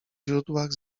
źródłach